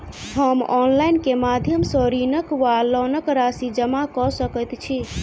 हम ऑनलाइन केँ माध्यम सँ ऋणक वा लोनक राशि जमा कऽ सकैत छी?